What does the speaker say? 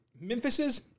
Memphis's